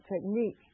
technique